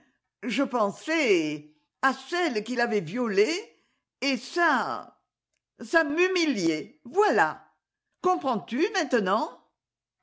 je pensais à celle qu'il avait violée et ça ça m'humiliait voilà comprends-tu maintenant